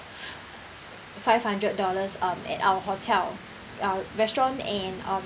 five hundred dollars um at our hotel uh restaurant and um